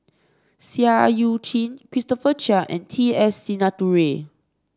Seah Eu Chin Christopher Chia and T S Sinnathuray